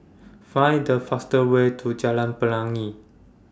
Find The fastest Way to Jalan Pelangi